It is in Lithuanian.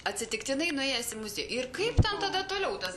atsitiktinai nuėjęs į muzie ir kaip ten tada toliau tas